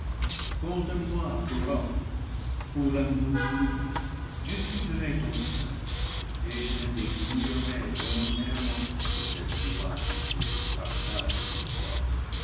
homme pour l'amour de lui je quitterai ton sein et je me dépouillerai vo lontairement de cette gloire qne je partage avec toi